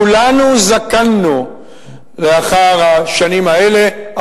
כולנו זקנו לאחר השנים האלה,